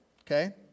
Okay